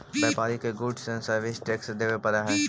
व्यापारि के goods and service tax देवे पड़ऽ हई